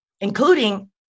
including